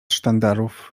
sztandarów